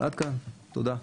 עד כאן, תודה.